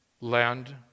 Land